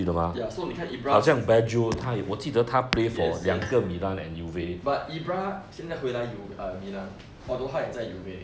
ya so 你看 ibrah yes yes but ibrah 现在回来有 milan although 他又在 uva